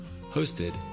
hosted